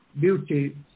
beauty